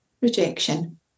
rejection